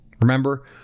Remember